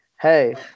hey